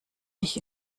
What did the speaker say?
dich